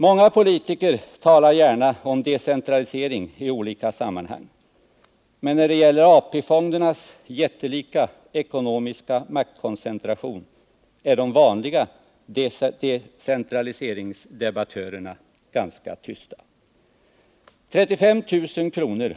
Många politiker talar gärna i olika sammanhang om decentralisering, men när det gäller AP-fondernas jättelika ekonomiska maktkoncentration är de vanliga decentraliseringsdebattörerna ganska tysta. 35000 kr.